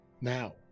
now